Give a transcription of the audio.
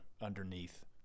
underneath